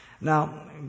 Now